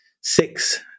six